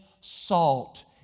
salt